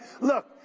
Look